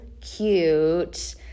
cute